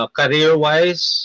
career-wise